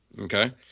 Okay